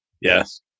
Yes